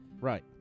Right